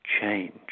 change